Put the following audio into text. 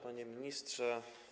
Panie Ministrze!